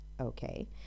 Okay